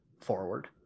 forward